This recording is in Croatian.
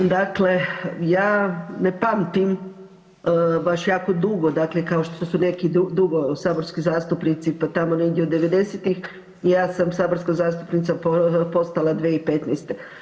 Dakle, ja ne pamtim baš jako dugo, dakle kao što su neki dugo saborski zastupnici pa tamo negdje od devedesetih ja sam saborska zastupnica postala 2015.